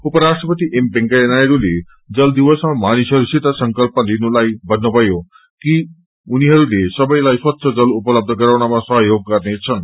उपराष्ट्रपति एम वेकैया नायडूले जल दिवसमा मानिसहरूसित संकल्प लिनुलाई भन्नुभयो कि उनीहयले सबैलाइ स्वच्छ जल उपलब्ध गराउनमा सहयोग गर्नेछन्